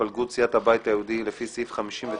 התפלגות סיעת הבית היהודי לפי סעיף 59(1)